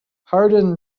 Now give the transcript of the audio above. harden